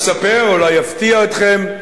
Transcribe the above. אספר, אולי אפתיע אתכם,